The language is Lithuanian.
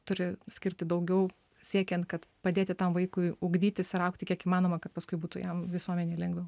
turi skirti daugiau siekiant kad padėti tam vaikui ugdytis ir augti kiek įmanoma kad paskui būtų jam visuomenėj lengviau